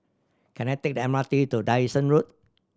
can I take the M R T to Dyson Road